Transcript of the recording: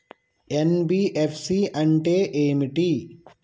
NBFC అంటే ఏమిటి?